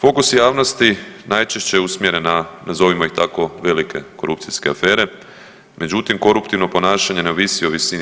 Fokus javnosti najčešće je usmjeren na nazovimo ih tako velike korupcijske afere, međutim koruptivno ponašanje ne ovisi o visini